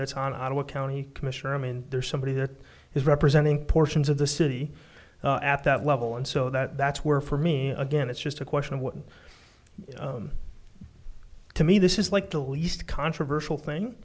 that's on our what county commissioner i mean there's somebody that is representing portions of the city at that level and so that's where for me again it's just a question of what to me this is like the least controversial thing